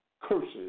curses